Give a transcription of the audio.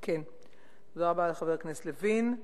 תודה רבה לחבר הכנסת לוין.